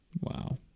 Wow